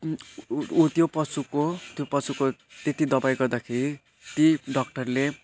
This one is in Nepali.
ती ऊ ऊ त्यो पशुको त्यो पशुको त्यति दबाई गर्दाखेरि ती डाक्टरले